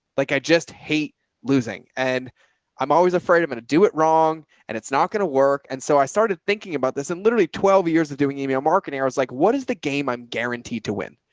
like i just hate losing and i'm always afraid i'm going to do it wrong and it's not gonna work. and so i started thinking about this and literally twelve years of doing email marketing, i was like, what is the game i'm guaranteed to win?